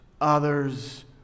other's